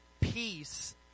peace